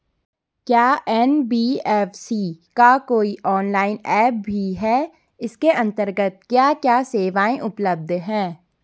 क्या एन.बी.एफ.सी का कोई ऑनलाइन ऐप भी है इसके अन्तर्गत क्या क्या सेवाएँ उपलब्ध हैं?